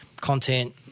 content